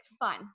fun